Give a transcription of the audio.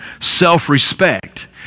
self-respect